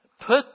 Put